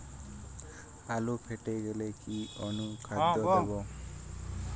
আলু ফেটে গেলে কি অনুখাদ্য দেবো?